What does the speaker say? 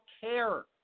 care